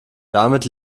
damit